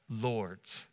lords